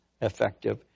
effective